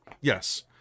Yes